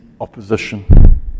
opposition